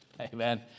Amen